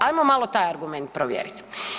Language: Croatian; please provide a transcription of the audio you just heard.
Hajmo malo taj argument provjeriti.